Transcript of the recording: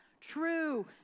true